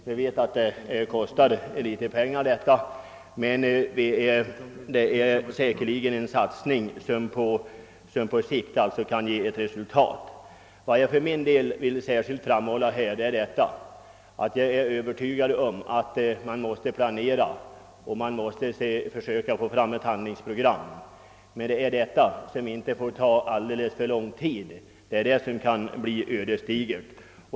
Vi vet att dessa projekt kostar pengar, men det är säkerligen en satsning som på sikt kan ge resultat. Jag vill särskilt framhålla, att jag är övertygad om att det krävs planering och ett handlingsprogram, men det får inte ta för lång tid att åstadkomma. Det kan bli ödesdigert.